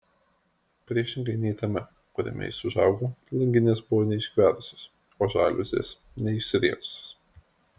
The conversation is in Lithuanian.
priešingai nei tame kuriame jis užaugo langinės buvo neišgverusios o žaliuzės neišsirietusios